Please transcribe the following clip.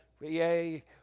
yay